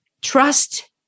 trust